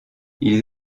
ils